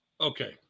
Okay